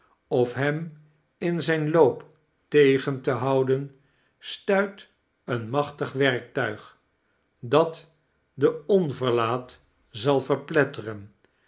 of hem in zijn loop tegen te houden stuit een machtig werktuig dat den onverlaat zal verpletteren